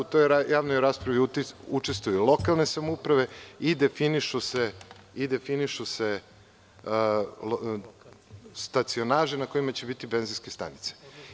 U toj javnoj raspravi učestvuju lokalne samouprave i definišu se stacionaži na kojima će biti benzinske stanice.